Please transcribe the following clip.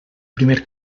primer